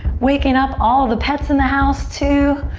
waking up all the pets in the house too.